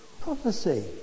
prophecy